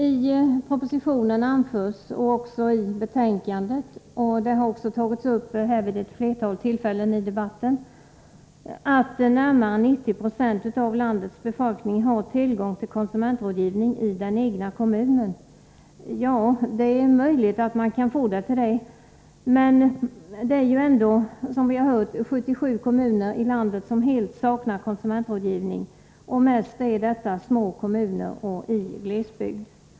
I propositionen och i betänkandet anförs — vilket även har tagits upp vid ett flertal tillfällen här i debatten — att närmare 90 20 av landets befolkning har tillgång till konsumentrådgivning i den egna kommunen. Det är möjligt att man kan få det till det. Men som vi hört är det ändå 77 kommuner i landet som helt saknar konsumentrådgivning, och detta gäller mest små kommuner och glesbygd.